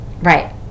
Right